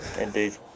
Indeed